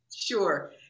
Sure